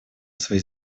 свои